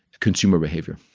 consumer behavior,